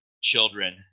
children